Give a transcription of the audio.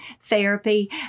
Therapy